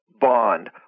bond